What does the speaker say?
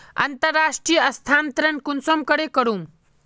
अंतर्राष्टीय स्थानंतरण कुंसम करे करूम?